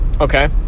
Okay